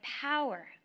power